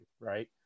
right